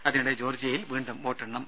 അതിനിടെ ജോർജ്ജിയയിൽ വീണ്ടും വോട്ടെണ്ണും